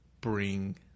bring